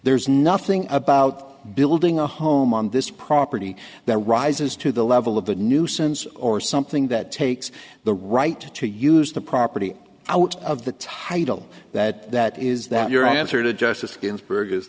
there's nothing about building a home on this property that rises to the level of a nuisance or something that takes the right to use the property out of the title that that is that your answer to justice ginsburg is